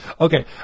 Okay